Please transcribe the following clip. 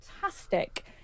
fantastic